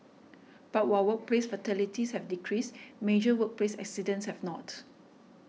but while workplace fatalities have decreased major workplace accidents have not